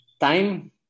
Time